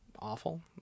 awful